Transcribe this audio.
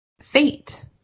fate